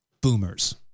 Boomers